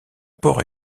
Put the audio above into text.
port